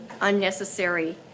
unnecessary